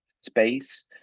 space